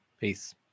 Peace